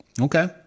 Okay